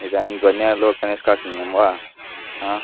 इदानीं ध्वन्यालोकं निष्कासनीयं वा